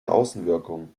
außenwirkung